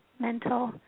mental